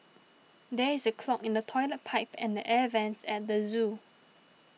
there is a clog in the Toilet Pipe and the Air Vents at the zoo